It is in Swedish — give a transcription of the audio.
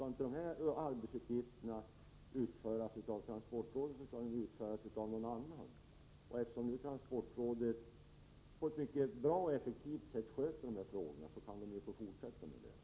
Om inte dessa arbetsuppgifter skall utföras av transportrådet, skall de ju utföras av någon annan. Eftersom nu transportrådet på ett mycket bra och effektivt sätt sköter dessa frågor, kan det ju få fortsätta med det.